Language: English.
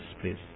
please